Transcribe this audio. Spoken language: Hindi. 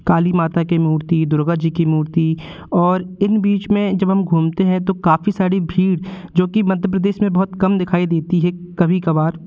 काली माता के मूर्ति दुर्गा जी की मूर्ति और इन बीच में जब हम घूमते हैं तो काफ़ी सारी भीड़ जो कि मध्य प्रदेश में बहुत कम दिखाई देती है कभी कभार